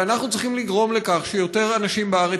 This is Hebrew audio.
ואנחנו צריכים לגרום לכך שיותר אנשים בארץ